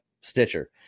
Stitcher